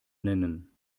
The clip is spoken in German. nennen